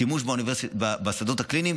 שימוש בשדות הקליניים,